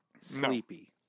sleepy